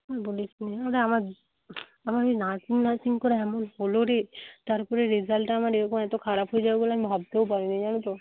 আর বলিস না আরে আমার আমার এই নার্সিং নার্সিং করে এমন হলো রে তার উপরে রেজাল্টটা আমার এরকম এতো খারাপ হয়ে যাবে বলে আমি ভাবতেও পারিনি জানিস তো